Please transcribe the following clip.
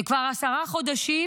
וכבר עשרה חודשים